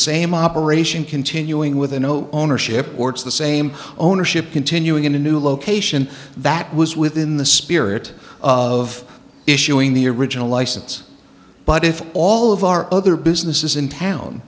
same operation continuing with a no ownership or it's the same ownership continuing in a new location that was within the spirit of issuing the original license but if all of our other businesses in town